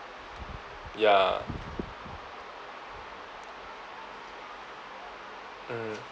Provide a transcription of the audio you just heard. ya